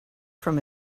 from